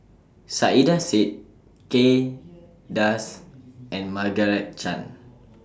Saiedah Said Kay Das and Margaret Chan